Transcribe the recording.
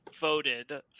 voted